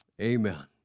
amen